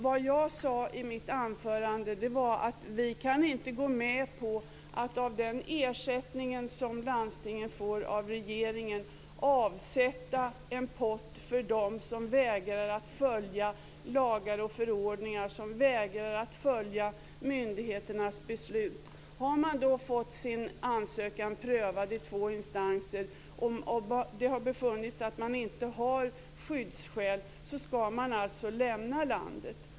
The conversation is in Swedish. Vad jag sade i mitt anförande var att vi inte kan gå med på att avsätta en pott av den ersättning som landstingen får från regeringen för dem som vägrar att följa lagar, förordningar och myndigheters beslut. Har man fått sin ansökan prövad i två instanser och det har befunnits att man inte har skyddsskäl skall man lämna landet.